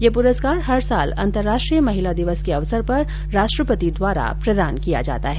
यह पुरस्कार प्रत्येक वर्ष अंतरराष्ट्रीय महिला दिवस के अवसर पर राष्ट्रपति द्वारा प्रदान किया जाता है